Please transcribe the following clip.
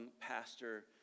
pastor